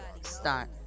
Start